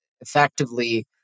effectively